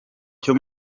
cyo